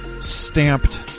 stamped